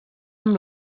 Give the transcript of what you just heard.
amb